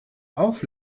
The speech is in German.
auf